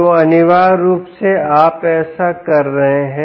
तो अनिवार्य रूप से आप ऐसा कर रहे हैं